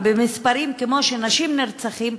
במספרים כמו שנשים נרצחות,